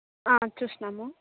చూసినాము